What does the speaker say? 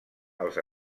als